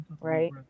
right